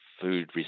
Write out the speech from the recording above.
food